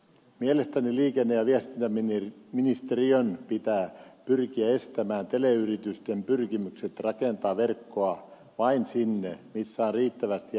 mielestäni liikenne ja viestintäministeriön pitää pyrkiä estämään teleyritysten pyrkimykset rakentaa verkkoa vain sinne missä on riittävästi asiakkaita